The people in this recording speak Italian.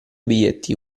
biglietti